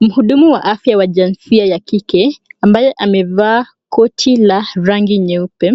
Mhudumu wa afya wa jinsia ya kike ambaye amevaa koti la rangi nyeupe